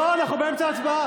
--- לא, אנחנו באמצע הצבעה.